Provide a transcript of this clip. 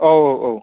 औ औ औ